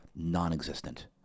non-existent